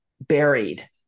buried